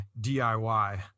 DIY